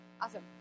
Awesome